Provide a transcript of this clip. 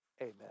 Amen